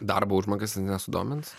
darbo užmokestis nesudomins